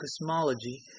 cosmology